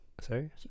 sorry